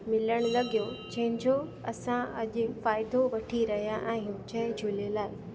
मिलण लॻियो जंहिंजो असां अॼु फ़ाइदो वठी रहिया आहियूं जय झूलेलाल